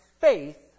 faith